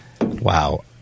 wow